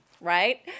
right